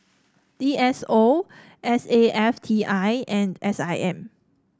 D S O S A F T I and S I M